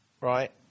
right